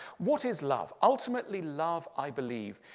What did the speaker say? what is love? ultimately love, i believe,